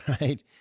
right